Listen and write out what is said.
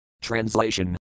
Translation